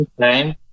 time